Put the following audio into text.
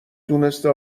دونسته